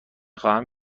خواهم